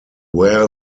wear